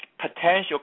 potential